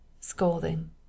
Scolding